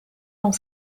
dans